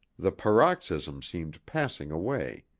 the paroxysm seemed passing away.